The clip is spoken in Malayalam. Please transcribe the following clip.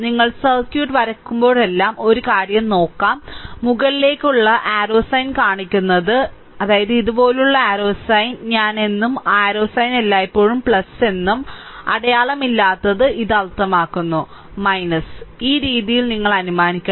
നിങ്ങൾ സർക്യൂട്ട് വരയ്ക്കുമ്പോഴെല്ലാം ഒരു കാര്യം നോക്കാം മുകളിലേക്കുള്ള ആരോ സൈൻ കാണിക്കുന്നത് ഇതുപോലുള്ള ആരോ സൈൻ എന്നും ആരോ സൈൻ എല്ലായ്പ്പോഴും എന്നും അടയാളമില്ലാത്തതു ഇത് അർത്ഥമാക്കുന്നു ഈ രീതിയിൽ നിങ്ങൾ അനുമാനിക്കണം